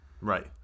Right